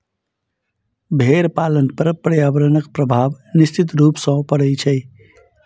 भेंड़ पालन पर पर्यावरणक प्रभाव निश्चित रूप सॅ पड़ैत छै